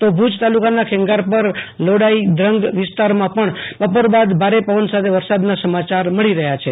તો ભુજ તાલુકાના ખેંગારપરલોડાઈ ધ્રંગ વિસ્તારમાં પણ બપોર બાદ ભારે પવન સાથે વરસાદના સમાચાર મળી રહ્યા છે